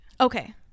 Okay